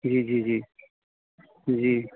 जी जी जी जी